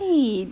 eh